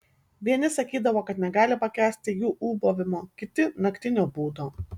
vieni sakydavo kad negali pakęsti jų ūbavimo kiti naktinio būdo